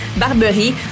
Barberie